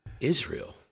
Israel